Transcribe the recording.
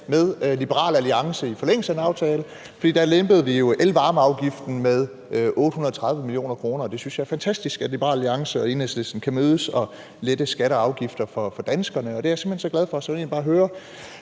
med Liberal Alliance i forlængelse af en aftale, for vi lempede jo elvarmeafgiften med 830 mio. kr., og jeg synes, det er fantastisk, at Liberal Alliance og Enhedslisten kan mødes og lette skatter og afgifter for danskerne. Det er jeg simpelt hen så glad for. Så jeg vil egentlig bare høre,